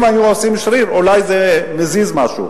אם היו עושים שריר, אולי זה היה מזיז משהו,